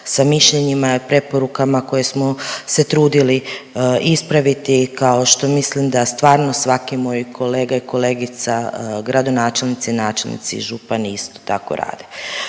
sa mišljenjima i preporukama koje smo se trudili ispraviti, kao što mislim da stvarno svaki moj kolega i kolegica gradonačelnici i načelnici i župani isto tako rade.